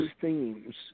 themes